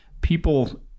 People